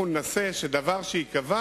אנחנו ננסה שעל הדבר שייקבע